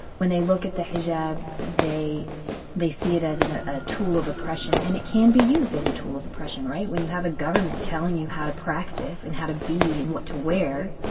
when they look at the hijab, they they see it as and ah a tool of oppression. and it can be used as a tool of oppression, right? when you have a government telling you how to practice and how to be and what to wear,